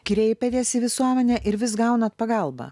kreipiatės į visuomenę ir vis gaunat pagalbą